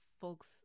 folks